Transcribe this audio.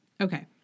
Okay